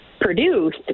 produced